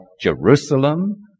Jerusalem